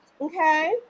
Okay